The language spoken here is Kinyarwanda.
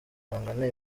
bangana